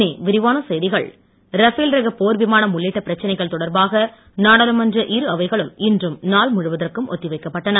நாடாளுமன்றம் ரஃபேல் ரக போர் விமானம் உள்ளிட்ட பிரச்சனைகள் தொடர்பாக நாடாளுமன்ற இரு அவைகளும் இன்றும் நாள் முழுவதற்கும் ஒத்திவைக்கப்பட்டன